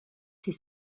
ses